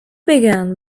began